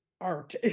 art